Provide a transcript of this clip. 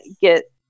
get